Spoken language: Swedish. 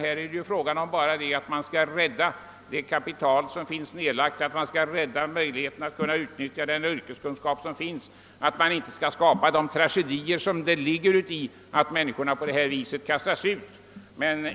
Här är det bara fråga om att rädda det kapital som finns nedlagt, rädda de yrkeskunskaper som finns och undvika de tragedier som uppstår när människorna kastas ut.